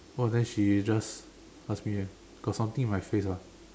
!wah! then she just ask me eh got something on my face ah